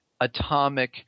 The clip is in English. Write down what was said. atomic –